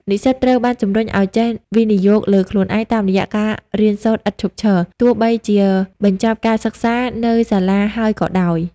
និស្សិតត្រូវបានជម្រុញឱ្យចេះ "វិនិយោគលើខ្លួនឯង" តាមរយៈការរៀនសូត្រឥតឈប់ឈរ ទោះបីជាបញ្ចប់ការសិក្សានៅសាលាហើយក៏ដោយ។